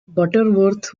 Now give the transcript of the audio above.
butterworth